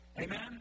Amen